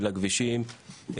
של הכבישים,